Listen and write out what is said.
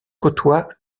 côtoie